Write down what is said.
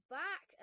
back